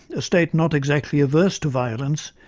a state not exactly averse to violence,